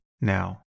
now